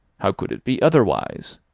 how could it be otherwise?